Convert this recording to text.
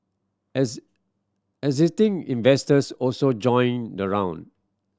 existing investors also joined the round